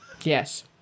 Yes